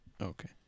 Okay